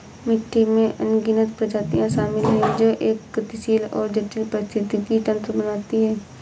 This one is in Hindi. मिट्टी में अनगिनत प्रजातियां शामिल हैं जो एक गतिशील और जटिल पारिस्थितिकी तंत्र बनाती हैं